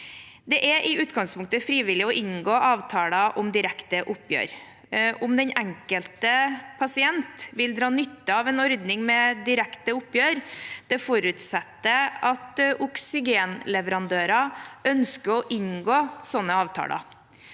Det er i utgangspunktet frivillig å inngå avtale om direkte oppgjør. Om den enkelte pasienten vil dra nytte av en ordning med direkte oppgjør, forutsetter at oksygenleverandører ønsker å inngå slike avtaler.